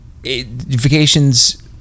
vacations